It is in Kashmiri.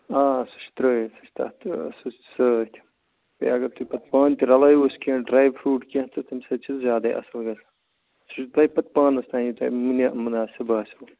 آ سُہ چھُ ترٛٲوِتھ سُہ چھُ تتھ سُہ چھُ سۭتۍ بیٚیہِ اگر تُہۍ پَتہٕ تُہۍ پانہٕ تہِ رَلٲیہوٗس کیٚنٛہہ ڈرٛے فرٛوٗٹ کیٚنٛہہ تہٕ تَمہِ سۭتۍ چھُ زیادَے اَصٕل گَژھان سُہ چھُو تۄہہِ پَتہٕ پانَس تانۍ یہِ تۄہہِ مُنا مُناسب آسٮ۪و